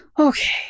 Okay